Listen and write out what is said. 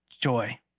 joy